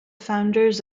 founders